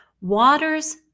Water's